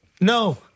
No